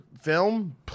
film